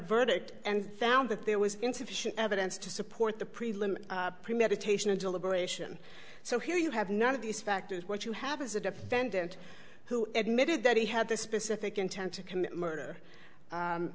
verdict and found that there was insufficient evidence to support the prelim premeditation and deliberation so here you have none of these factors what you have is a defendant who admitted that he had the specific intent to commit murder